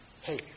Hey